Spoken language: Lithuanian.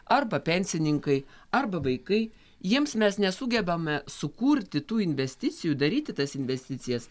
arba pensininkai arba vaikai jiems mes nesugebame sukurti tų investicijų daryti tas investicijas